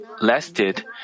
lasted